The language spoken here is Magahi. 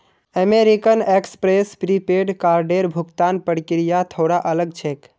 अमेरिकन एक्सप्रेस प्रीपेड कार्डेर भुगतान प्रक्रिया थोरा अलग छेक